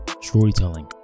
storytelling